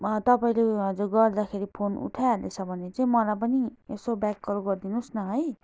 तपाईँले हजुर गर्दाखेरि फोन उठाइहालेछ भने चाहिँ मलाई पनि यसो ब्याक कल गरिदिनोस् न है